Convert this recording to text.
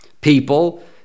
people